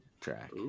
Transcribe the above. track